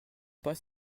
pas